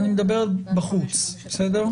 אני מדבר על בחוץ בסדר?